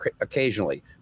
occasionally